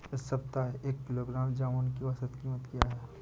इस सप्ताह एक किलोग्राम जामुन की औसत कीमत क्या है?